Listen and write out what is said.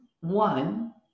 one